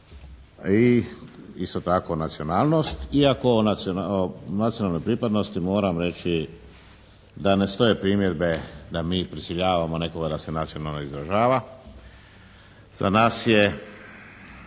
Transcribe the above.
i isto tako nacionalnost iako o nacionalnoj pripadnosti moram reći da ne stoje primjedbe da mi prisiljavamo nekoga da se nacionalno izražava. Za nas je